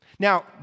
Now